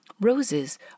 Roses